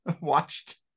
watched